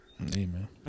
Amen